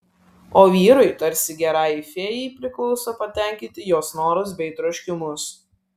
o vyrui tarsi gerajai fėjai priklauso patenkinti jos norus bei troškimus